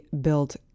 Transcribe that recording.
built